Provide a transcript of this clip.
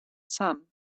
sun